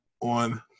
on